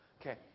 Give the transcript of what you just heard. Okay